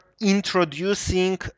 introducing